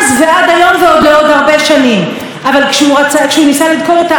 קנס של 5,000 שקל ושלושה חודשים על תנאי,